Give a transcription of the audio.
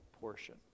portion